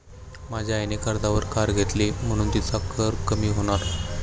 माझ्या आईने कर्जावर कार घेतली म्हणुन तिचा कर कमी होणार